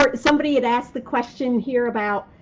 somebody had asked the question here about,